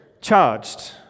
charged